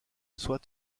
soit